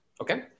Okay